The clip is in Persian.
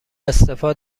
استعفا